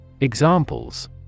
Examples